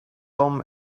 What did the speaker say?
dem